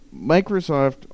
Microsoft